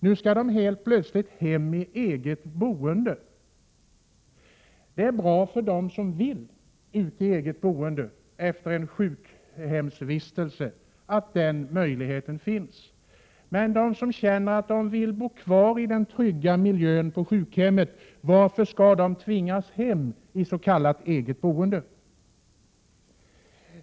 Nu skall de helt plötsligt hem till eget boende. Det är bra att den möjligheten finns för dem som väljer eget boende efter en sjukhemsvistelse. Men varför skall de som vill bo kvar i den trygga miljön på sjukhemmet tvingas hem till s.k. eget boende?